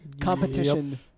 Competition